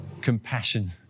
compassion